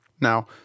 Now